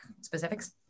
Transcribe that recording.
specifics